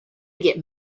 get